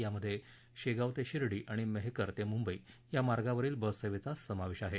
यामध्ये शेगांव ते शिर्डी आणि मेहकर ते मुंबई या मार्गावरील बस सेवेचा समावेश आहे